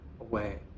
away